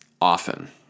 often